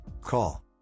call